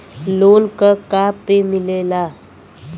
Loan का का पे मिलेला?